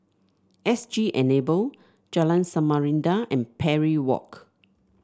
S G Enable Jalan Samarinda and Parry Walk